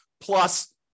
plus